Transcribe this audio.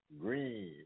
Green